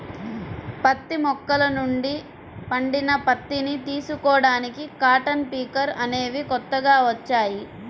పత్తి మొక్కల నుండి పండిన పత్తిని తీసుకోడానికి కాటన్ పికర్ అనేవి కొత్తగా వచ్చాయి